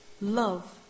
Love